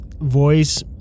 voice